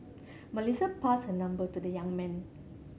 Melissa passed her number to the young man